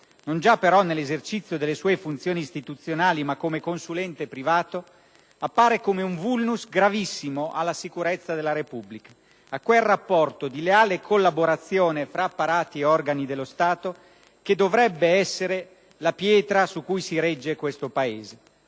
non già però nell'esercizio delle sue funzioni istituzionali, ma come consulente privato, appare un *vulnus* gravissimo alla sicurezza della Repubblica, a quel rapporto di leale collaborazione tra apparati e organi dello Stato che dovrebbe essere la pietra su cui si regge questo Paese: